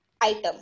item